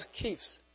keeps